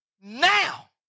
now